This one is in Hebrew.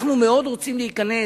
אנחנו מאוד רוצים להיכנס,